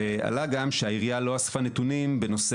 ועלה גם שהעירייה לא אספה נתונים בנושא